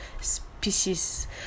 species